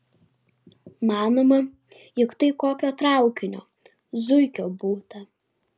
manoma jog tai kokio traukinio zuikio būta